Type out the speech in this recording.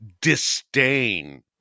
disdain